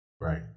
Right